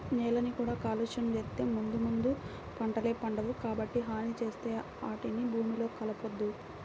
నేలని కూడా కాలుష్యం చేత్తే ముందు ముందు పంటలే పండవు, కాబట్టి హాని చేసే ఆటిని భూమిలో కలపొద్దు